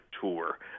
tour